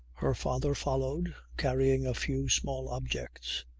her father followed carrying a few small objects,